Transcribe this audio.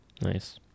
Nice